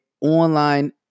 online